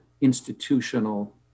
institutional